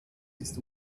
ist